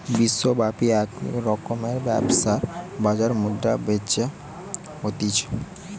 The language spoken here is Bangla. বিশ্বব্যাপী এক রকমের ব্যবসার বাজার মুদ্রা বেচা হতিছে